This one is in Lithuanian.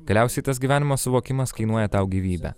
galiausiai tas gyvenimo suvokimas kainuoja tau gyvybę